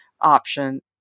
option